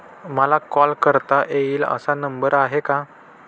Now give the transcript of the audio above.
मला कॉल करता येईल असा नंबर आहे का?